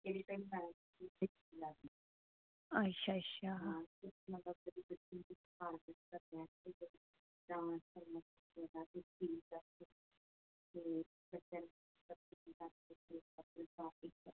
अच्छा अच्छा